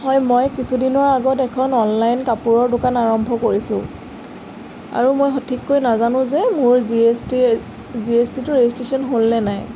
হয় মই কিছুদিনৰ আগত এখন অনলাইন কাপোৰৰ দোকান আৰম্ভ কৰিছোঁ আৰু মই সঠিককৈ নাজানো যে মোৰ G S T G S টিটো ৰেজিষ্ট্ৰেশ্যন হ'লনে নাই